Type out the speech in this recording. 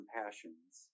passions